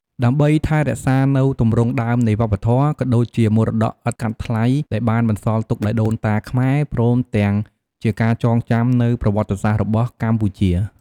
ដើម្បីថែរក្សានូវទម្រង់ដើមនៃវប្បធម៌ ក៏ដូចជាមរតកឥតកាត់ថ្លៃដែលបានបន្សល់ទុកដោយដូនតាខ្មែរ ព្រមទាំងជាការចងចាំនូវប្រវត្តិសាស្ត្ររបស់កម្ពុជា។